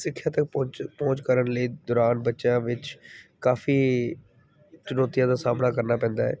ਸਿੱਖਿਆ 'ਤੇ ਪੋਹਚ ਪਹੁੰਚ ਕਰਨ ਲਈ ਦੌਰਾਨ ਬੱਚਿਆਂ ਵਿੱਚ ਕਾਫੀ ਚੁਣੌਤੀਆਂ ਦਾ ਸਾਹਮਣਾ ਕਰਨਾ ਪੈਂਦਾ ਹੈ